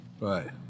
Right